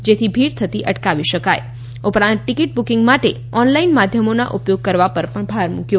જેથી ભીડ થતી અટકાવી શકાય ઉપરાંત ટિકીટ બુકીંગ માટે ઓનલાઇન માધ્યમોના ઉપયોગ કરવા પર ભાર મૂક્યો